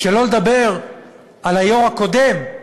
שלא לדבר על היושב-ראש הקודם,